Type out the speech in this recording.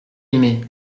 aimé